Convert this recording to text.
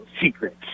secrets